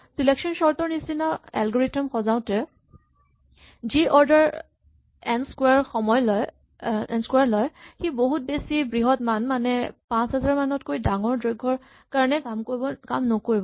selection sort ৰ নিচিনা algorithm সজাওঁতে যি অৰ্ডাৰ এন স্কোৱাৰ লয় সি বহুত বেছি বৃহৎ মান মানে ৫০০০ মানতকৈ ডাঙৰ দৈৰ্ঘ্যৰ কাৰণে কাম নকৰিব